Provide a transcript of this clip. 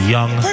Young